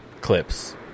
clips